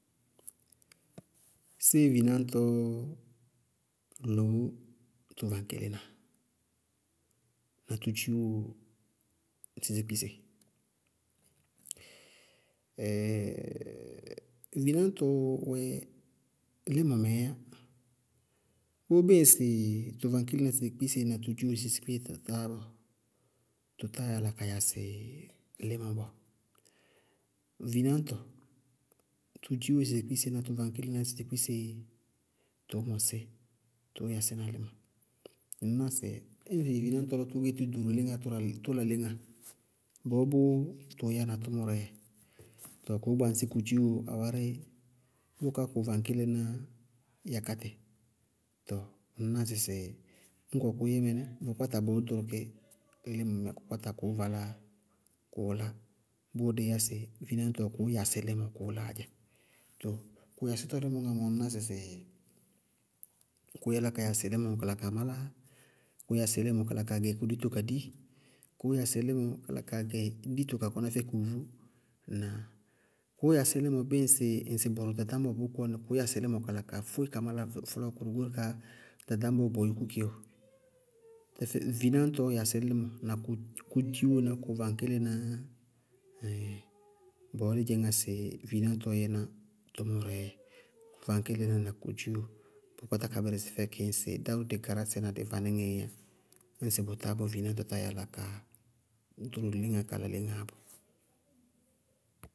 Séé vináñtɔ ɔ loó tʋ vaŋkélená na tʋ dziiwo sesekpise? vináñtɔ wɛ límɔnɛ ɛ yá, bʋʋ bíɩ ŋsɩ tʋ vaŋkélená sesekpise na tʋ dziiwo sesekpise táá bɔɔ, tʋ táa yála ka yasɩ límɔ bɔɔ. Vináñtɔ, tʋ dziiwo sesekpise na tʋ vaŋkélená sesekpise tʋʋ mɔsí tʋʋ yasína límɔ. Ŋñná sɩ ñŋ sɩ vináñtɔɔ gɛ tʋ ɖoro léŋáa tʋ la léŋáa, bɔɔ bʋʋ tʋʋ yáana tʋmʋrɛɛ dzɛ. Tɔɔ kʋʋ gnaŋsí kʋ dziiwo awárí bʋká kʋ vaŋkélenáá yákátɩ, tɔɔ ŋñná sɩsɩ ñ kʋwɛ kʋʋ yɛ mɩnɛ, bʋʋ kpáta bʋʋ ɖʋrʋ kí, límɔnɛ kʋʋ kpáta kʋʋ valá kʋʋ lá, bʋʋ dɩí yá sɩ vináñtɔ wɛ kʋʋ yasí límɔ kʋʋ láá dzɛ, tɔɔ kʋ yasítɔ límɔ ŋá mɔ, ŋñná sɩsɩ kʋʋ yála ka yasɩ límɔ kala kaa málá, kʋʋ yasí límɔ ka la kaa gɛ kʋ dito kadi, kʋʋ yasí límɔ ka la kaa gɛ dito ka kɔná fɛ kʋʋvú. Ŋnáa? Kʋʋ yasí límɔ ŋsɩ bʋrʋ ɖaɖañbɔ wɛ bʋʋ kɔní, kʋʋ yasí límɔ ka fóé kala kaa málá fɔlɔɔ kʋrʋ goóre ŋsɩ ɖaɖañbɔ bʋʋ bɔɔ yúkú gɩ bɔɔ. Tɛfɛ vináñtɔɔ yasí límɔ na kʋ dziiwo na kʋ vaŋkélenáá ɛɛin. Bɔɔ dí dzɩñŋá sɩ vináñtɔɔ yɛná tʋmʋrɛɛ dzɛ, kʋ vaŋkélenáá na kʋ dziiwo, bʋ kpáta ka bɩrɩsɩ fɛ kɩ ŋsɩ dáró dɩ garásɛ na dɩ vanɩŋɛɛ yá, ñŋsɩ bʋtá, vináñtɔ táa yála ka ɖoro léŋáa kala léŋáa bɔɔ.